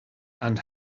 and